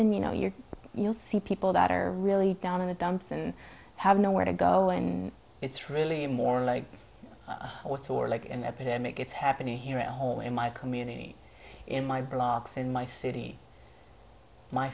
n you know you're you'll see people that are really down in the dumps and have nowhere to go and it's really more like water or like an epidemic it's happening here at home in my community in my blogs in my city my